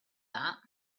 that